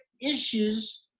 issues